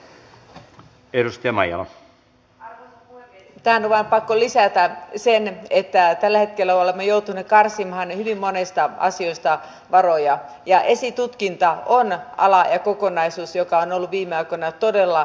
tähän on vain pakko lisätä se että tällä hetkellä olemme joutuneet karsimaan hyvin monesta asiasta varoja ja esitutkinta on ala ja kokonaisuus joka on ollut viime aikoina todella kovilla